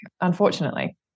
unfortunately